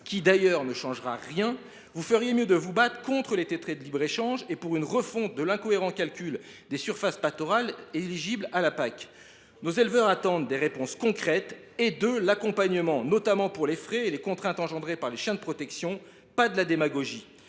d’ailleurs rien, vous feriez mieux de vous mobiliser contre les traités de libre échange et pour une refonte de l’incohérent mode de calcul des surfaces pastorales éligibles à la PAC. Nos éleveurs attendent des réponses concrètes et un accompagnement, notamment pour les frais et les contraintes engendrés par les chiens de protection. Ils n’ont pas